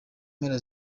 mpera